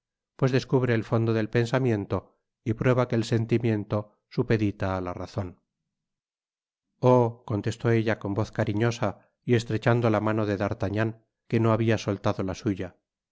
pues descubre el fondo del pensamiento y prueba que el sentimiento supedita á la razon oh contestó ella con voz cariñosa y estrechando la mano de d'artagnan que no habia soltado la suya